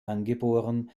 angeboren